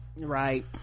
right